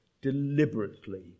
deliberately